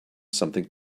something